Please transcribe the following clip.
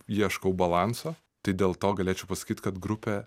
ieškau balanso tai dėl to galėčiau pasakyt kad grupė